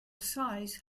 size